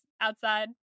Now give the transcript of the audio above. outside